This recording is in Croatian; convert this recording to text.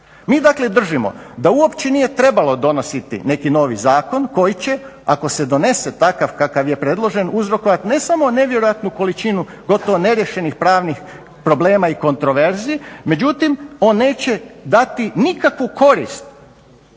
Mi dakle držimo da uopće nije trebalo donositi neki novi zakon koji će ako se donese takav kakav je predložen uzrokovati ne samo nevjerojatnu količinu gotovo neriješenih pravnih problema i kontroverzi. Međutim, on neće dati nikakvu korist